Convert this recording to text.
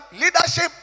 leadership